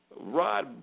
Rod